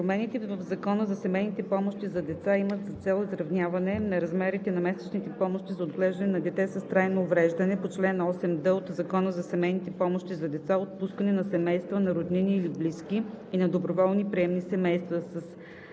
Промените в Закона за семейните помощи за деца имат за цел изравняване на размерите на месечните помощи за отглеждане на дете с трайно увреждане по чл. 8д от Закона за семейни помощи за деца, отпускани на семействата на роднини или близки и на доброволните приемни семейства,